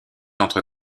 entre